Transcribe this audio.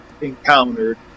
encountered